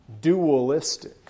dualistic